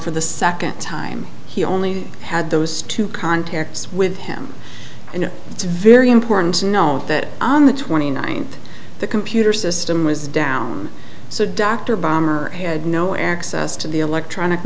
for the second time he only had those two contacts with him and it's very important to know that on the twenty ninth the computer system was down so dr bomber had no access to the electronic